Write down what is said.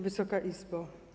Wysoka Izbo!